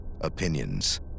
opinions